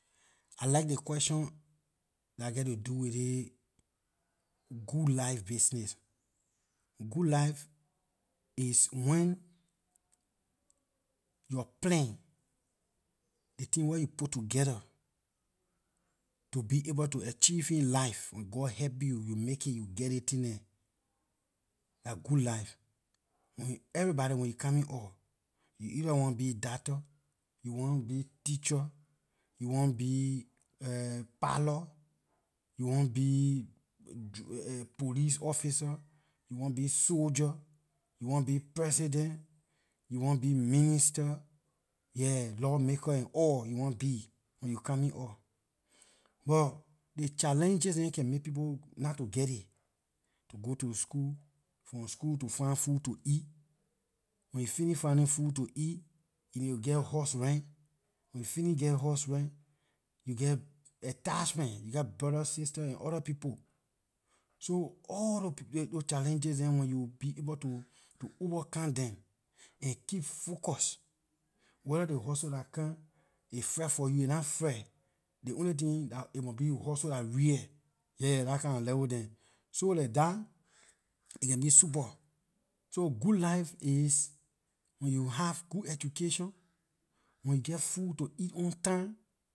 I like the question dah get to do with this good life bisnay, good life is when your plan ley tin wer you put together to be able to achieve in life when god help you you make it you geh those thing dem dah good life when everybody when you coming op you either one be dahtor you want be teacher you want be pilot you want be police officer you want be soldier you want be president you want be minister yeah lawmaker and all you want be when you coming up buh ley challenges neh can make people not to geh it to go to school from school to find food to eat when you fini finding food to eat you need to get house rent when you fini geh house rent you geh attachment you geh broda sister and orda people so all those challenges dem when you be able to overcome dem and keep focus whether ley hustle dah come is freh for you aay nah freh ley only tin aay mon be hustle dah real yeah dah kinda level dem so like dah aay can be super so good life is when you have good education when you geh food to eat on time